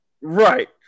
Right